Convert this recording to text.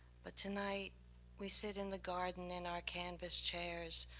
but tonight we sit in the garden in our canvas chairs,